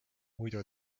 muidu